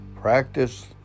Practice